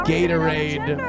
Gatorade